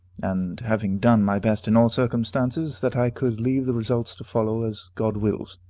and, having done my best in all circumstances, that i could leave the results to follow as god wills.